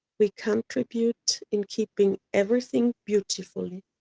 we contribute in keeping everything beautifully.